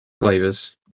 flavors